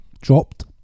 dropped